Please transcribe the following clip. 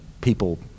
people